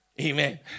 Amen